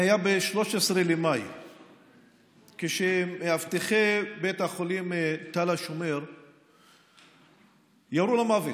זה היה ב-13 במאי כשמאבטחי בית החולים תל השומר ירו למוות,